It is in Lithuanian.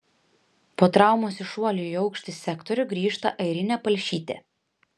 po traumos į šuolių į aukštį sektorių grįžta airinė palšytė